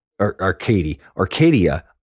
Arcadia